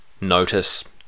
Notice